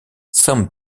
some